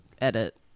edit